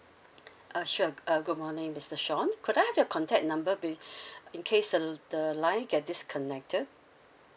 uh sure uh good morning mister sean could I have your contact number be~ in case the the line get disconnected